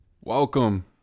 welcome